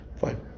fine